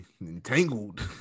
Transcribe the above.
entangled